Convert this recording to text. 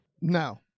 No